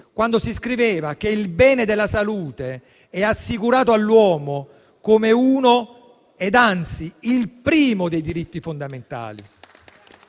prima si scriveva che il bene della salute è assicurato all'uomo come uno e anzi come il primo dei diritti fondamentali.